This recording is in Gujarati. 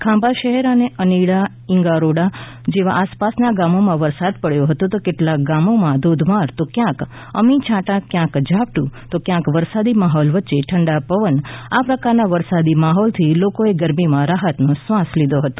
ખાંભા શહેર અને અનિડા ઇંગોરાળા જેવા આસપાસના ગામોમાં વરસાદ પડ્યો હતો તો કેટલાક ગામોમાં ધોધમાર તો ક્યાંક અમી છાંટા ક્યાંક ઝાપટું ક્યાંક વરસાદી માહોલ વચ્ચે ઠંડો પવન આ પ્રકારના વરસાદી માહોલથી લોકોએ ગરમીમાં રાહતનો શ્વાસ લીધો હતો